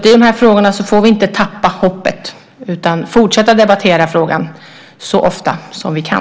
I de här frågorna får vi inte tappa hoppet utan fortsätta att debattera frågan så ofta som vi kan.